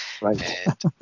right